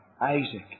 Isaac